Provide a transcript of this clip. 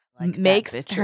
makes